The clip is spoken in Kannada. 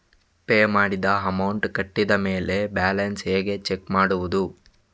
ಪೇ ಮಾಡಿದ ಅಮೌಂಟ್ ಕಟ್ಟಿದ ಮೇಲೆ ಬ್ಯಾಲೆನ್ಸ್ ಹೇಗೆ ಚೆಕ್ ಮಾಡುವುದು?